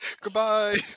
Goodbye